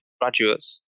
Graduates